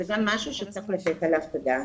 זה גם משהו שצריך לתת עליו את הדעת.